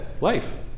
life